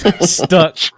stuck